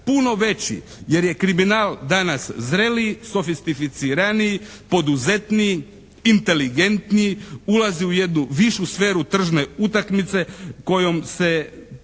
puno veći jer je kriminal danas zreliji, sofisticiraniji, poduzetniji, inteligentniji, ulazi u jednu višu sferu tržne utakmice kojom se